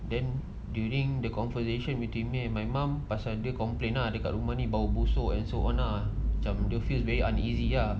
then during the conversation between me and my mum pasal dia complain ah dekat rumah ni bau busuk and so on lah macam just feels very uneasy lah